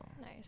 nice